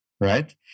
Right